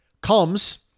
comes